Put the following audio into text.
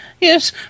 yes